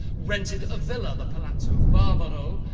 rented a villa, the palazzo barbaro,